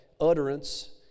utterance